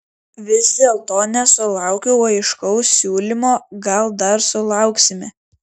vis dėlto nesulaukiau aiškaus siūlymo gal dar sulauksime